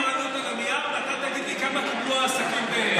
אני אגיד לך מה העלות על הנייר ואתה תגיד לי כמה קיבלו העסקים באמת.